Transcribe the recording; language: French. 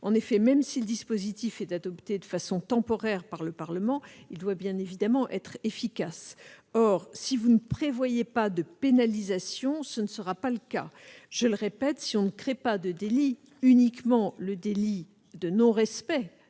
En effet, même si le dispositif est adopté de façon temporaire par le Parlement, il doit bien évidemment être efficace. Or, si vous ne prévoyez pas de pénalisation, tel ne sera pas le cas. Je le répète, si on ne crée pas un délit de non-respect